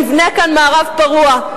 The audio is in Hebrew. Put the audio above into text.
יבנה כאן מערב פרוע.